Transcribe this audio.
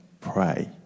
pray